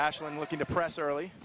ashland looking to press early